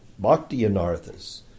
Bhakti-anarthas